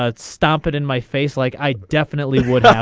ah stop it in my face like i definitely would.